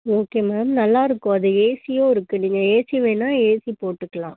okay ma'am நல்லாயிருக்கும் அது ஏசியும் இருக்குது நீங்கள் ஏசி வேணால் ஏசி போட்டுக்கலாம்